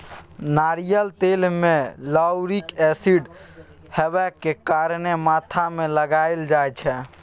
नारियल तेल मे लाउरिक एसिड हेबाक कारणेँ माथ मे लगाएल जाइ छै